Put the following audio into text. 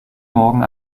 morgen